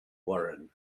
warren